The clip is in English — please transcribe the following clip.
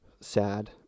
sad